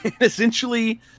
essentially